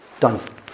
done